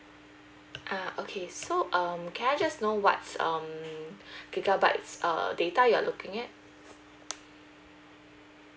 uh okay so um can I just know what's um gigabyte err data you're looking at